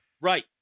Right